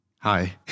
hi